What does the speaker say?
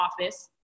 office